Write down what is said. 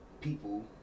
people